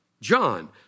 John